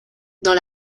dans